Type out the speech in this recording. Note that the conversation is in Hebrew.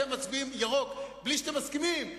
אתם מצביעים ירוק בלי שאתם מסכימים,